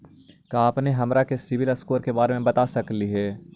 का अपने हमरा के सिबिल स्कोर के बारे मे बता सकली हे?